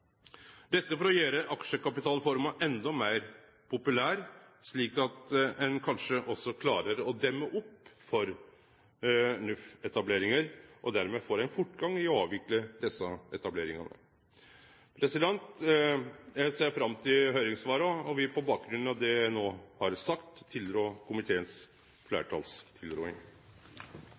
dette for å gjere aksjeselskapsforma enda meir populær, slik at ein kanskje også klarer å demme opp for NUF-etableringar. Og dermed får ein fortgang i å avvikle desse etableringane. Eg ser fram til høyringssvara og vil på bakgrunn av det eg no har sagt, tilrå komiteens